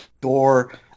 door